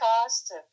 cost